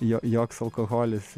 jo joks alkoholis